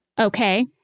Okay